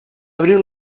abrir